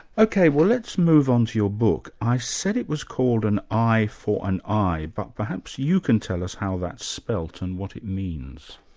okay, so let's move on to your book. i said it was called an eye for an i, but perhaps you can tell us how that's spelt, and what it means.